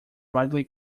widely